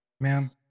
Man